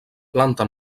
planta